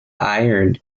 iron